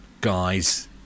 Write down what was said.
Guys